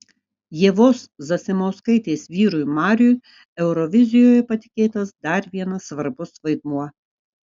ievos zasimauskaitės vyrui mariui eurovizijoje patikėtas dar vienas svarbus vaidmuo